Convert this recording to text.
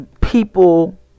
people